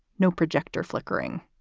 no projector flickering.